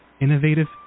innovative